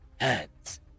hands